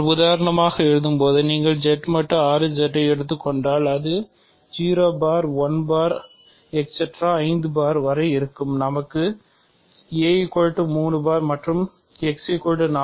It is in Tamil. நான் உதாரணமாக எழுதும்போது நீங்கள் Z மட்டு 6 Z ஐ எடுத்துக் கொண்டால் அது 0 பார் 1 பார் இருந்து 5 பட்டியாக இருக்கும் நமக்கு a 3 பார் மற்றும் x 4 பார் என இருக்கும்